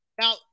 Now